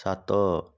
ସାତ